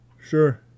sure